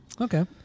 Okay